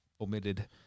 omitted